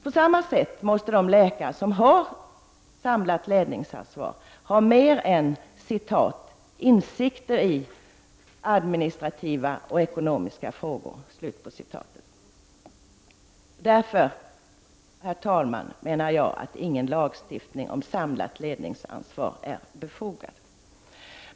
På samma sätt måste de läkare som har samlat ledningsansvar ha mera än ”insikter i administrativa och ekonomiska frågor”. Herr talman! Jag menar att ingen lagstiftning om samlat ledningsansvar är befogad.